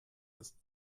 ist